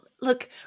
Look